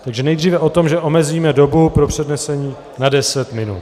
Takže nejdříve o tom, že omezíme dobu pro přednesení na deset minut.